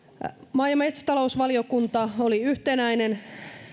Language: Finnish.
maa ja metsätalousvaliokunta oli yhtenäinen